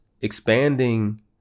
expanding